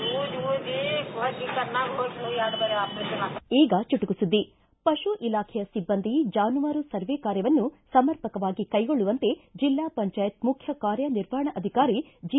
ಥಾ ದ್ರುಪದಾ ಈಗ ಚುಟುಕು ಸುದ್ದಿ ಪಶು ಇಲಾಖೆಯ ಸಿಬ್ಲಂದಿ ಜಾನುವಾರು ಸರ್ವೇ ಕಾರ್ಯವನ್ನು ಸಮರ್ಪಕವಾಗಿ ಕೈಗೊಳ್ಳುವಂತೆ ಜಿಲ್ಲಾ ಪಂಚಾಯತ್ ಮುಖ್ಯ ಕಾರ್ಯ ನಿರ್ವಹಣಾ ಅಧಿಕಾರಿ ಜಿ